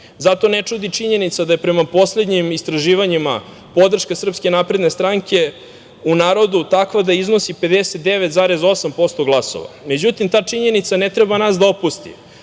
Zato ne čudi činjenica da je prema poslednjim istraživanjima podrška SNS u narodu takva da iznosi 59,8% glasova.Međutim, ta činjenica ne treba nas da opusti.